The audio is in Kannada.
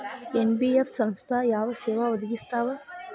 ಎನ್.ಬಿ.ಎಫ್ ಸಂಸ್ಥಾ ಯಾವ ಸೇವಾ ಒದಗಿಸ್ತಾವ?